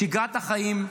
שגרת החיים,